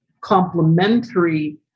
complementary